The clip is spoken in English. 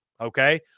okay